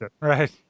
Right